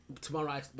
tomorrow